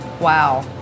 Wow